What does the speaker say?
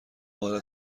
بالا